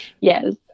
Yes